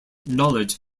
knowledge